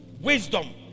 Wisdom